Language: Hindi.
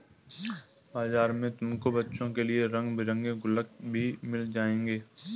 बाजार में तुमको बच्चों के लिए रंग बिरंगे गुल्लक भी मिल जाएंगे